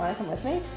come with me?